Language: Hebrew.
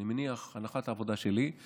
אני מניח, הנחת העבודה שלי היא